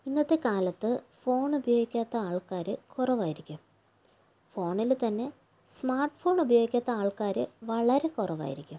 ഇന്നത്തെ കാലത്ത് ഫോൺ ഉപയോഗിക്കാത്ത ആൾക്കാർ കുറവായിരിക്കും ഫോണിൽ തന്നെ സ്മാർട്ട് ഫോൺ ഉപയോഗിക്കാത്ത ആൾക്കാർ വളരെ കുറവായിരിക്കും